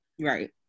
Right